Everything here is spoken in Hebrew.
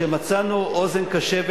שמצאנו אוזן קשבת.